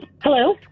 Hello